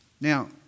Now